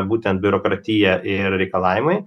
būtent biurokratija ir reikalavimai